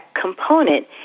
component